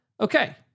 Okay